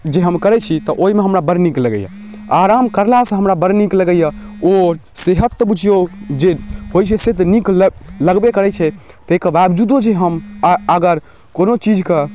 जे हम करै छी तऽ ओइमे हमरा बड़ लगैए आराम करला सँ हमरा बड़ नीक लगैए ओ सेहत तऽ बुझियौ जे होइ छै से तऽ नीक लगबे करै छै तैके बावजूदो जे हम अगर कोनो चीजके